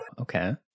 okay